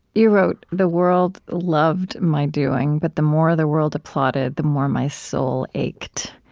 you wrote, the world loved my doing. but the more the world applauded, the more my soul ached.